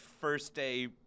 first-day